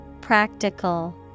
Practical